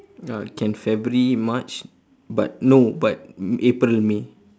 uh can february march but no but april may